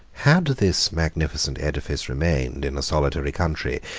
had this magnificent edifice remained in a solitary country,